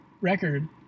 record